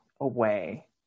away